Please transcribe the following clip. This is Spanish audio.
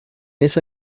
esa